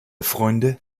freunde